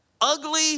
ugly